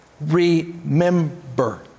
remember